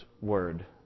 word